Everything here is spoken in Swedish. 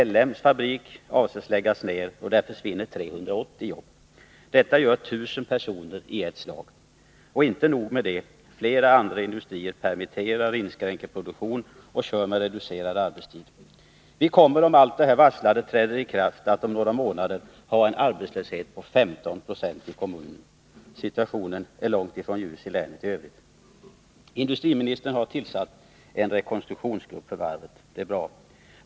L M Ericsson avser att lägga ned sin fabrik i Oskarshamn. Där försvinner 380 jobb. Detta gör 1 000 personer i ett slag. Men inte nog med det — flera andra industrier permitterar, inskränker produktionen och kör med reducerad arbetstid. Om alla varsel träder i kraft, kommer vi om några månader att ha en arbetslöshet på 15 26 i kommunen. Situationen i länet i Övrigt är långt ifrån ljus. Industriministern har tillsatt en rekonstruktionsgrupp för varvet — och det är bra.